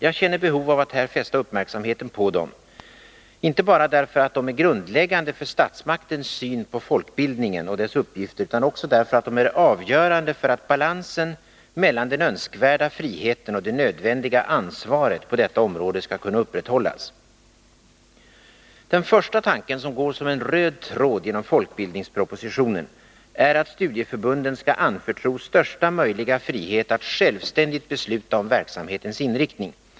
Jag känner behov av att här fästa uppmärksamheten på dem — inte bara därför att de är grundläggande för statsmakternas syn på folkbildningen oth dess uppgifter, utan också därför att de är avgörande för att balansen mellan den önskvärda friheten och det nödvändiga ansvaret på detta område skall kunna upprätthållas. Den första tanken, som går som en röd tråd genom folkbildningspropositionen, är att studieförbunden skall anförtros största möjliga frihet att självständigt besluta om verksamhetens inriktning.